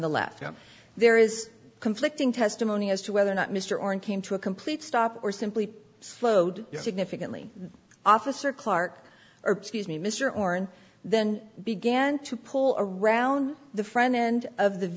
the left him there is conflicting testimony as to whether or not mr oren came to a complete stop or simply slowed significantly officer clark scuse me mr or and then began to pull around the friend end of the